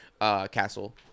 castle